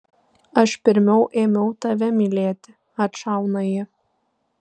aš pirmiau ėmiau tave mylėti atšauna ji